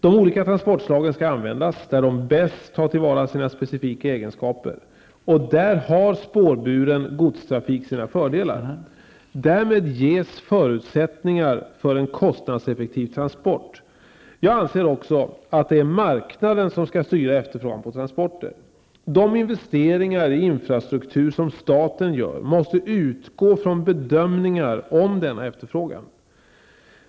De olika transportslagen skall användas där man bäst tar till vara deras specifika egenskaper, spårbunden godstrafik har sina fördelar. Därmed ges förutsättningar för en kostnadseffektiv transport. Jag anser också att det är marknaden som skall styra efterfrågan på transporter. De investeringar i infrastruktur som staten gör måste utgå från bedömningar om denna efterfrågan.